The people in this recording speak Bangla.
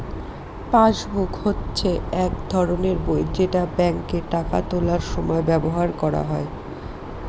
পাসবুক হচ্ছে এক ধরনের বই যেটা ব্যাঙ্কে টাকা তোলার সময় ব্যবহার করা হয়